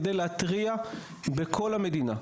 כדי להתריע בכל המדינה.